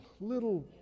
little